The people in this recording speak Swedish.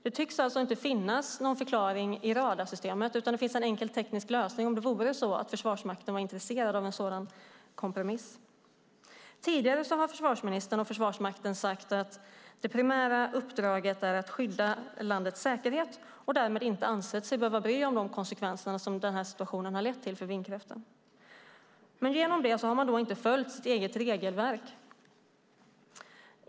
Det tycks alltså inte finnas någon förklaring i radarsystemet, utan det finns en enkel teknisk lösning om Försvarsmakten vore intresserad av en sådan kompromiss. Tidigare har försvarsministern och Försvarsmakten sagt att det primära uppdraget är att skydda landets säkerhet och därmed inte ansett sig behöva bry sig om de konsekvenser som den här situationen lett till för vindkraften. På grund av det har man inte följt sitt eget regelverk.